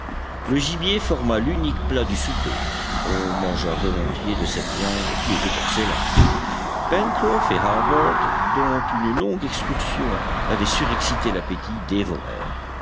le gibier forma l'unique plat du souper on mangea volontiers de cette viande qui était excellente pencroff et harbert dont une longue excursion avait surexcité l'appétit